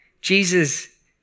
Jesus